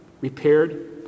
repaired